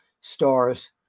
stars